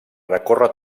recorre